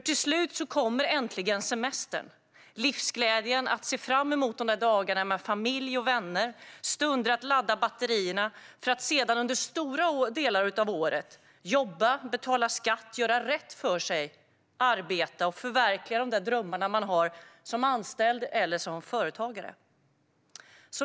Till slut kommer äntligen semestern, livsglädjen, och man ser fram emot de där dagarna med familj och vänner och stunder att ladda batterierna för att sedan under stora delar av året jobba, betala skatt, göra rätt för sig, arbeta och förverkliga de där drömmarna som man har som anställd eller som företagare.